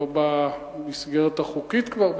לא במסגרת החוקית כבר,